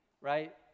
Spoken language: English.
right